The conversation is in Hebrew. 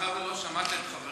מאחר שלא שמעת את חבריך,